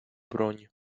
broń